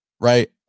right